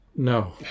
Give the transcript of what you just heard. no